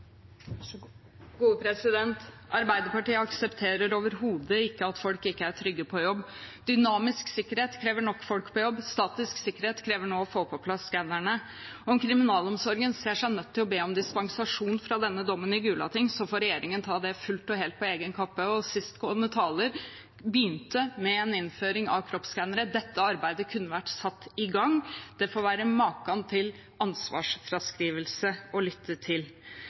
aksepterer overhodet ikke at folk ikke er trygge på jobb. Dynamisk sikkerhet krever nok folk på jobb, statisk sikkerhet krever nå å få på plass skannerne. Om kriminalomsorgen ser seg nødt til å be om dispensasjon fra denne dommen i Gulating, får regjeringen ta det fullt og helt på egen kappe. Siste taler begynte med å snakke om innføring av kroppsskannere. Dette arbeidet kunne vært satt i gang. Det får være måte på ansvarsfraskrivelse å lytte til.